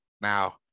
Now